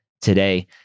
today